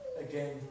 again